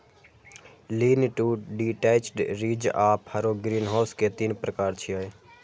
lean to detached, ridge आ furrow greenhouse के तीन प्रकार छियै